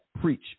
preach